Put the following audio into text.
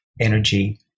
energy